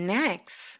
next